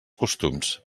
costums